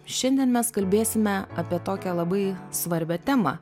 šiandien mes kalbėsime apie tokią labai svarbią temą